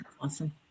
Awesome